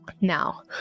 now